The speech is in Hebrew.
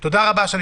תודה רבה, שני.